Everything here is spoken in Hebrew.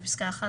בפסקה (1),